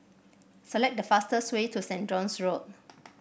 select the fastest way to Saint John's Road